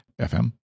FM